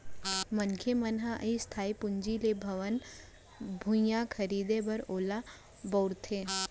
मनखे मन ह इस्थाई पूंजी ले भवन, भुइयाँ खरीदें बर ओला बउरथे